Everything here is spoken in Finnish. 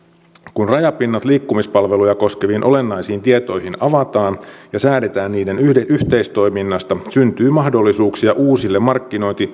kun rajapinnat liikkumispalveluja koskeviin olennaisiin tietoihin avataan ja säädetään niiden yhteistoiminnasta syntyy mahdollisuuksia uusille markkinointi